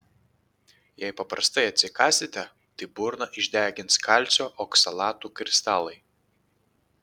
jei paprastai atsikąsite tai burną išdegins kalcio oksalatų kristalai